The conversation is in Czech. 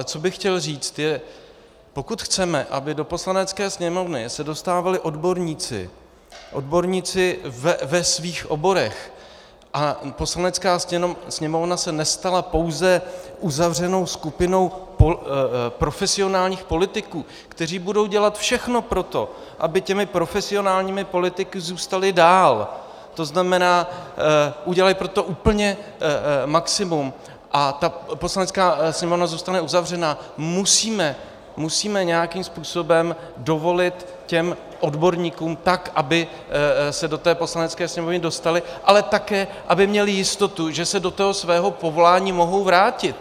Ale co bych chtěl říct: Pokud chceme, aby se do Poslanecké sněmovny dostávali odborníci, odborníci ve svých oborech, a Poslanecká sněmovna se nestala pouze uzavřenou skupinou profesionálních politiků, kteří budou dělat všechno pro to, aby těmi profesionálními politiky zůstali dále, to znamená, udělají pro to úplně maximum a Poslanecká sněmovna zůstane uzavřená, musíme nějakým způsobem dovolit odborníkům, aby se do Poslanecké sněmovny dostali, ale také aby měli jistotu, že se do svého povolání mohou vrátit.